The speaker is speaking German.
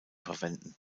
verwenden